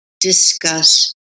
discuss